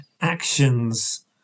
actions